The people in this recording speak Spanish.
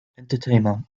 entertainment